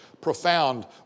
profound